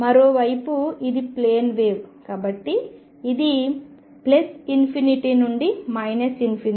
మరోవైపు ఇది plane wave